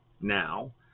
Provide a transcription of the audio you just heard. now